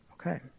Okay